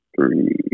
three